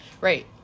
right